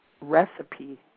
recipe